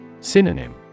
Synonym